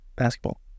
Basketball